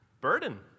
burden